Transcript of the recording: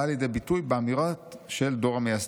באה לידי ביטוי באמירות של דור המייסדים.